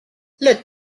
let